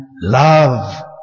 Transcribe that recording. love